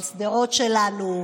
על שדרות שלנו,